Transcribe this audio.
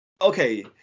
okay